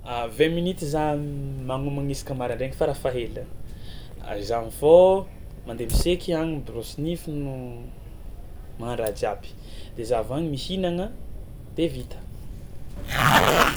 A vingt minutes za magnomagna isaka maraindraina farafahahelany, a za mifôha mandeha misaiky agny miborosy no magnano raha jiaby de za avy any mihinagna de vita.